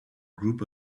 group